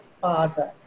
father